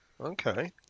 okay